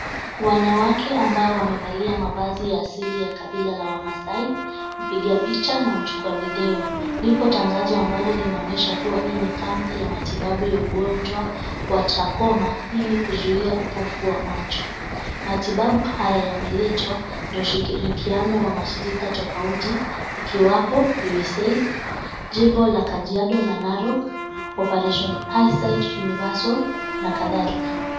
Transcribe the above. Wanawake ambao wamevalia mavazi ya asili ya kabila ya wamaasai, mpiga picha na mchukua video. Lipo tangazo ambao linaonyesha kuwa hii ni kambi ya matibabu ya ugojwa wa trakoma ili kuzuia upofu la macho. Matibabu haya yameletwa na ushirikiano la mashirika tofauti tofauti ikiwapo USAID, jimo la Kajiado na Narok , operation eyesight universal na kadhalika.